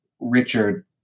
Richard